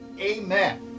Amen